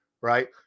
right